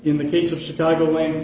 in the case of chicago lan